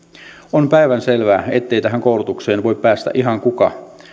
on päivänselvää ettei tähän koulutukseen voi päästä ihan kuka